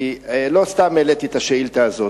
לא סתם העליתי את השאילתא הזאת.